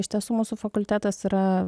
iš tiesų mūsų fakultetas yra